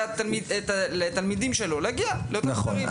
לאפשר לתלמידים שלו להגיע אל אותם אתרים.